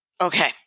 Okay